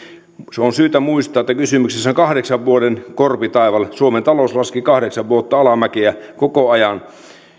on syytä muistaa että kysymyksessä on kahdeksan vuoden korpitaival suomen talous laski kahdeksan vuotta alamäkeä koko ajan